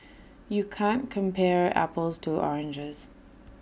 you can't compare apples to oranges